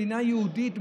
מדינה יהודית,